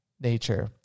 Nature